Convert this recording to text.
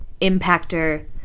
impactor